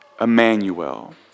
Emmanuel